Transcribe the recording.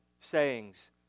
sayings